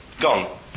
gone